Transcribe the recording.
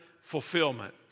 fulfillment